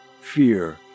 fear